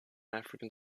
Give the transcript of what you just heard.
african